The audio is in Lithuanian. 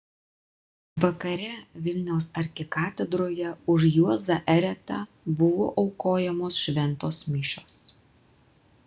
vakare vilniaus arkikatedroje už juozą eretą buvo aukojamos šventos mišios